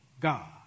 God